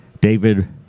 David